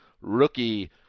rookie